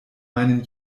meinen